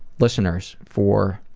listeners for